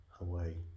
away